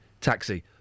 taxi